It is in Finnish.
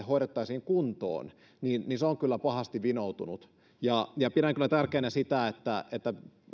hoidettaisiin kuntoon on kyllä pahasti vinoutunut pidän kyllä tärkeänä sitä että